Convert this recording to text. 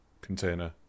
container